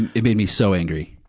and it made me so angry.